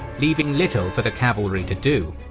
leaving little for the cavalry to do.